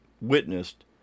witnessed